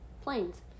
planes